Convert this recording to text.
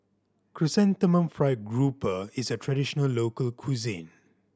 Chrysanthemum Fried Grouper is a traditional local cuisine